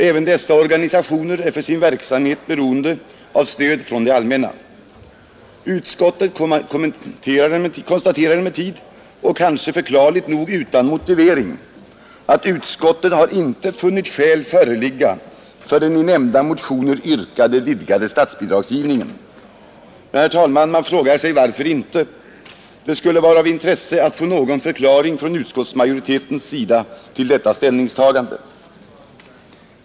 Också dessa organisationer är för sin verksamhet i behov av stöd från det allmänna. Utskottet konstaterar emellertid — utan motivering, och det är kanske förklarligt nog — att det ”har inte funnit skäl föreligga för den i nämnda motioner yrkade vidgade statsbidragsgivningen”. Herr talman! Man frågar sig: Varför inte? Det skulle vara av intresse att få någon förklaring från utskottsmajoriteten till detta ställningstagande.